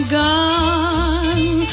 gone